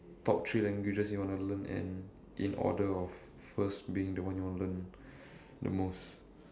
top three languages you want to learn and in order of first being the one you want to learn the most